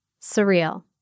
surreal